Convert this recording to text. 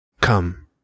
Come